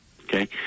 Okay